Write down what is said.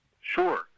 Sure